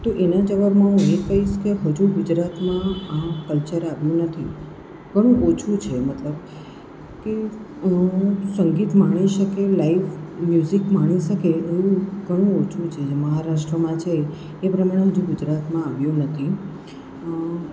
તો એના જવાબમાં હું એ કહીશ કે હજુ ગુજરાતમાં આ કલ્ચર આવ્યું નથી ઘણું ઓછું છે મતલબ કે સંગીત માણી શકે લાઇફ મ્યુઝિક માણી શકે એવું ઘણું ઓછું છે જે મહારાષ્ટ્રમાં છે એ પ્રમાણે હજુ ગુજરાતમાં હજુ આવ્યું નથી